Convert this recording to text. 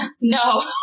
No